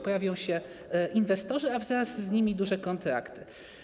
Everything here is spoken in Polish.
Pojawią się inwestorzy, a wraz z nimi duże kontrakty.